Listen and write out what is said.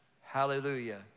Hallelujah